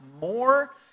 more